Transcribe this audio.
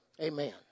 Amen